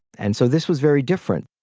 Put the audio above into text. and so this was very different.